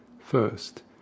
First